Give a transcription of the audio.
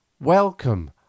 welcome